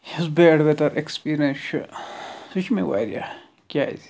یُس bad weather experience چھُ یہِ چھُ مےٚ واریاہ کیازِ